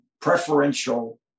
preferential